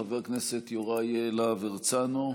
חבר הכנסת יוראי להב הרצנו,